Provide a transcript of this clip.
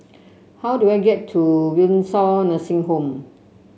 how do I get to Windsor Nursing Home